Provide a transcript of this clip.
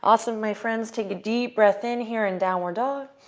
awesome, my friends. take a deep breath in here in downward dog,